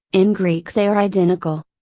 in greek they are identical.